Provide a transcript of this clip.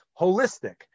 holistic